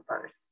first